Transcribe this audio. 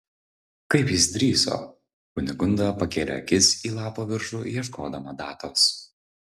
kaip jis drįso kunigunda pakėlė akis į lapo viršų ieškodama datos